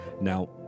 Now